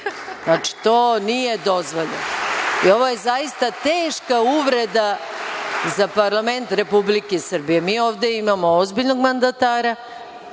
Znači, to nije dozvoljeno. Ovo je zaista teška uvreda za parlament Republike Srbije. Mi ovde imamo ozbiljnog mandatara